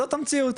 זאת המציאות.